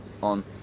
on